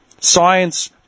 science